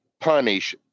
punish